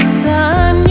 sun